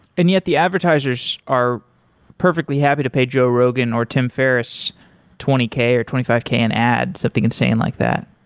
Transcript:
and yet the advertisers are perfectly happy to pay joe rogan or tim ferriss twenty k or twenty five k an ad, something insane like that.